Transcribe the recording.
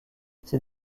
ces